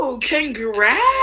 Congrats